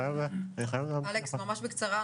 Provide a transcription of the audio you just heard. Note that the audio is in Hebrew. אלכס, בבקשה.